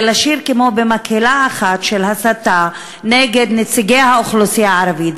לשיר כמו במקהלה אחת של הסתה נגד נציגי האוכלוסייה הערבית.